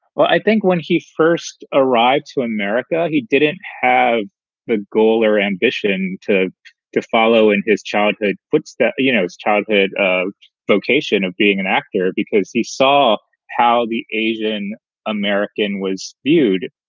well, i think when he first arrived to america, he didn't have the goal or ambition to to follow in his childhood footsteps, you know, his childhood vocation of being an actor because he saw how the asian american was viewed